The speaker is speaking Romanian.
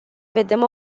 vedem